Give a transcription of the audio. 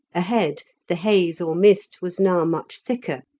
ahead the haze, or mist, was now much thicker,